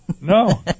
No